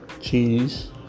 cheese